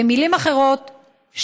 במילים אחרות,